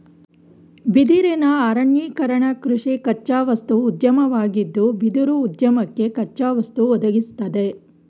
ಬಿದಿರಿನ ಅರಣ್ಯೀಕರಣಕೃಷಿ ಕಚ್ಚಾವಸ್ತು ಉದ್ಯಮವಾಗಿದ್ದು ಬಿದಿರುಉದ್ಯಮಕ್ಕೆ ಕಚ್ಚಾವಸ್ತು ಒದಗಿಸ್ತದೆ